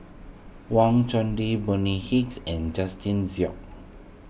Wang Chunde Bonny Hicks and Justin Zhuang